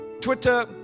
Twitter